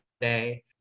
today